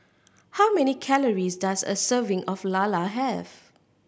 how many calories does a serving of lala have